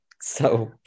So-